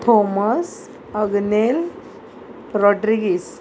Thomas Agnel Rodrigues